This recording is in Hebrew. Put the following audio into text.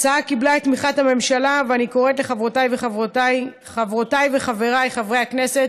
ההצעה קיבלה את תמיכת הממשלה ואני קוראת לחברותיי וחבריי חברי הכנסת